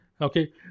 okay